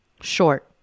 short